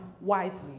wisely